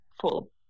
full